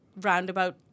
roundabout